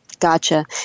gotcha